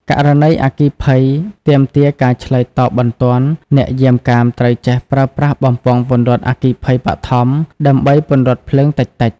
ករណីអគ្គិភ័យទាមទារការឆ្លើយតបបន្ទាន់ អ្នកយាមកាមត្រូវចេះ ប្រើប្រាស់បំពង់ពន្លត់អគ្គិភ័យបឋម ដើម្បីពន្លត់ភ្លើងតិចៗ។